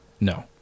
no